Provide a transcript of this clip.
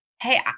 hey